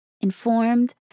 informed